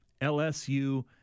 LSU